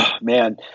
man